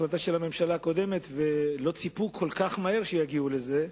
החלטה של הממשלה הקודמת ולא ציפו כל כך מהר שיגיעו לזה.